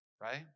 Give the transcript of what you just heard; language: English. Right